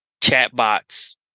chatbots